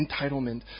entitlement